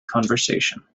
conversation